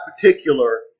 particular